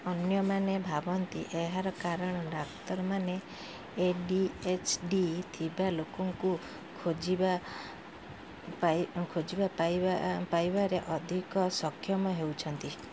ଅନ୍ୟମାନେ ଭାବନ୍ତି ଏହାର କାରଣ ଡାକ୍ତରମାନେ ଏ ଡି ଏଚ୍ ଡି ଥିବା ଲୋକଙ୍କୁ ଖୋଜିବା ଖୋଜିବା ପାଇବାରେ ଅଧିକ ସକ୍ଷମ ହେଉଛନ୍ତି